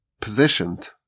positioned